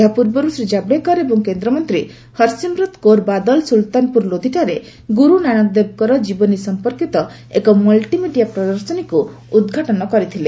ଏହା ପୂର୍ବରୁ ଶ୍ରୀ ଜାବଡେକର ଏବଂ କେନ୍ଦ୍ରମନ୍ତ୍ରୀ ହରସିମରତ କୌର ବାଦଲ ସୁଲତାନପୁର ଲୋଧୀଠାରେ ଗୁରୁ ନାନକଦେବଙ୍କର ଜୀବନୀ ସଂପର୍କିତ ଏକ ମଲ୍ଟିମିଡ଼ିଆ ପ୍ରଦର୍ଶନୀକୁ ଉଦ୍ଘାଟନ କରିଥିଲେ